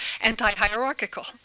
Anti-hierarchical